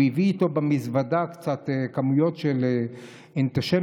הביא איתו במזוודה קצת כמויות של אנטישמיות,